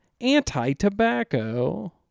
anti-tobacco